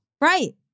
Right